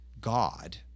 God